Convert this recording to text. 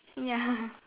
ya